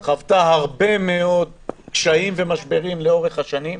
היא חוותה הרבה מאוד קשיים ומשברים לאורך השנים.